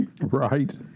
Right